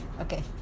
Okay